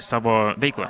savo veiklą